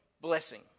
blessing